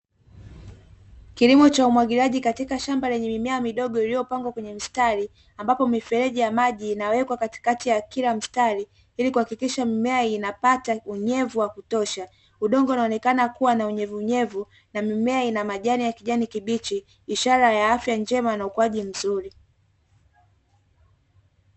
Kilimo cha umwagiliaji katika shamba lenye mimea midogo iliyopangwa kwenye mistari ambapo mifereji ya maji inawekwa katikati ya kila mstari ili kuhakikisha mimea inapata unyevu wa kutosha. Udongo unaonekana kuwa na unyevunyevu na mimea ina majani ya kijani kibichi ishara ya afya njema na ukuaji mzuri.